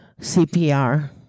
CPR